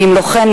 ואם לא כן,